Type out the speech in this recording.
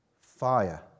fire